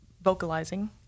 vocalizing